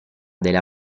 della